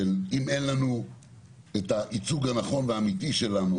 שאם אין לנו את הייצוג הנכון והאמיתי שלנו